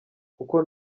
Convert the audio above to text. kuko